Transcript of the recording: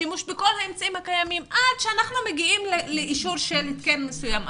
שימוש בכל האמצעים הקיימים עד שאנחנו מגיעים לאישור של התקן מסוים.